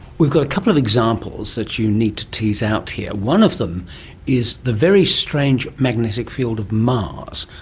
we've got a couple of examples that you need to tease out here, one of them is the very strange magnetic field of mars.